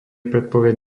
predpoveď